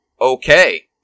okay